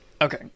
Okay